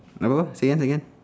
uh apa apa say again say again